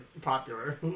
popular